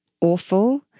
awful